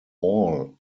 all